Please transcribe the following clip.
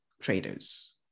traders